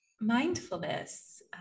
mindfulness